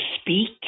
speak